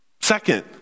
Second